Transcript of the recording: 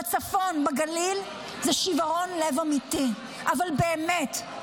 בצפון, בגליל, זה שברון לב אמיתי, אבל באמת.